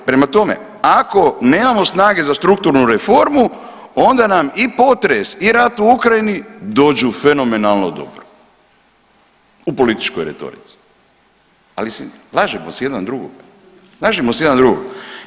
Prema tome, ako nemamo snage za strukturnu reformu, onda nam i potres i rat u Ukrajini dođu fenomenalno dobro u političkoj retorici ali lažemo si jedan drugoga, lažemo si jedan drugoga.